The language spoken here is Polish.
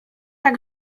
było